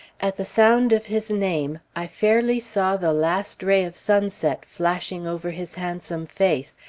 at the sound of his name, i fairly saw the last ray of sunset flashing over his handsome face,